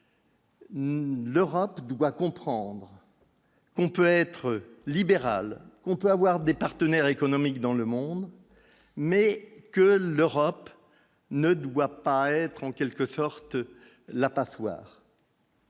L'Europe doit comprendre qu'on peut être libéral, on peut avoir des partenaires économiques dans le monde, mais que l'Europe ne doit pas être en quelque sorte la passoire.